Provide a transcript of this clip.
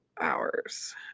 hours